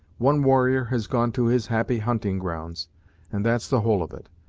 one warrior has gone to his happy hunting-grounds, and that's the whole of it.